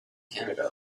canada